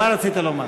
מה רצית לומר?